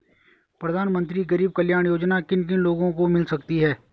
प्रधानमंत्री गरीब कल्याण योजना किन किन लोगों को मिल सकती है?